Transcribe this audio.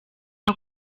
nta